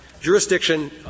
Jurisdiction